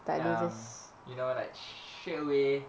um you know like straightaway